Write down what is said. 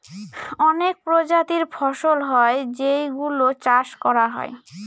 অনেক প্রজাতির ফসল হয় যেই গুলো চাষ করা হয়